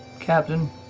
captain.